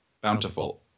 bountiful